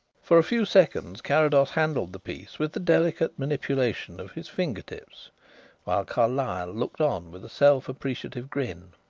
for a few seconds carrados handled the piece with the delicate manipulation of his finger-tips while carlyle looked on with a self-appreciative grin.